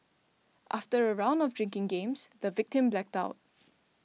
after a round of drinking games the victim blacked out